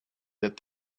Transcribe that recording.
that